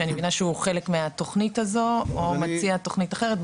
שאני מבינה שהוא חלק מהתוכנית הזו או מציע תוכנית אחרת.